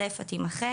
הסיפה תימחק.